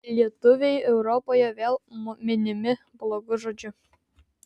lietuviai europoje vėl minimi blogu žodžiu